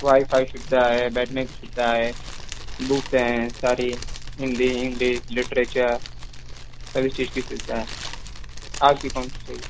wi fi सुविधा है बैठने की सुविधा है बुक्स हैं सारी हिंदी इंग्लिश लिटरेचर सभी चीज़ की सुविधा है आपकी कौन सी चाहिए